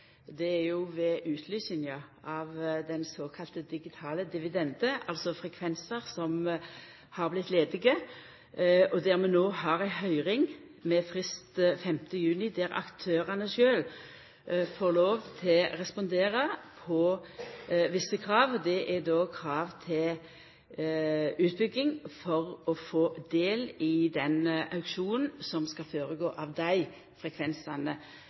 er utlysinga av den såkalla digitale dividenden, altså frekvensar som har vorte ledige. Vi har no ei høyring med frist 5. juni, der aktørane sjølve får lov til å respondera på visse krav. Det er krav til utbygging for å få del i den auksjonen som skal haldast over desse frekvensane